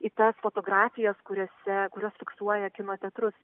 į tas fotografijas kuriose kurios fiksuoja kino teatrus